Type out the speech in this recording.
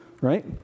Right